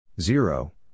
zero